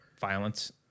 violence